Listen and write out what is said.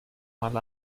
mal